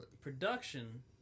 production